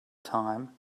time